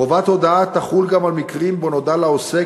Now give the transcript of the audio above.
חובת הודעה תחול גם על מקרה שבו נודע לעוסק